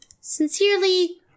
Sincerely